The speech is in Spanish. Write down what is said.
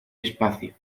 espacio